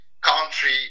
country